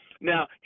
Now